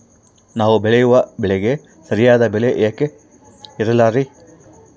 ನಾವು ಬೆಳೆಯುವ ಬೆಳೆಗೆ ಸರಿಯಾದ ಬೆಲೆ ಯಾಕೆ ಇರಲ್ಲಾರಿ?